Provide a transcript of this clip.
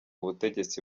ubutegetsi